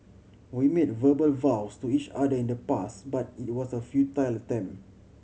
we made verbal vows to each other in the past but it was a futile attempt